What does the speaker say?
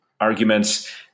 arguments